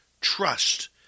Trust